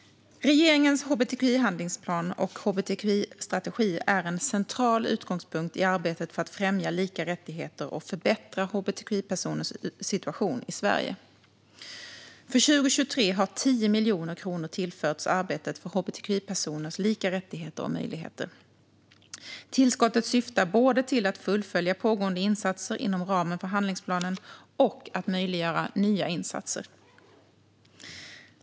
Regeringens hbtqi-handlingsplan och hbtqi-strategi är en central utgångspunkt i arbetet för att främja lika rättigheter och förbättra hbtqi-personers situation i Sverige. För 2023 har 10 miljoner kronor tillförts arbetet för hbtqi-personers lika rättigheter och möjligheter. Tillskottet syftar både till att fullfölja pågående insatser inom ramen för handlingsplanen och att möjliggöra nya insatser.